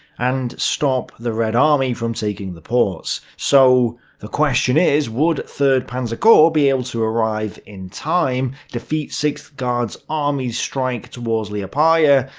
and stop the red army from taking the ports. so the question is, would third panzer corps be able to arrive in time, defeat sixth guards army's strike towards liepaja,